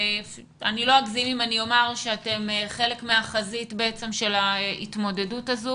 לא אגזים אם אני אומר שאתם חלק מהחזית של ההתמודדות הזו